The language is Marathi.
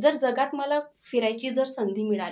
जर जगात मला फिरायची जर संधी मिळाली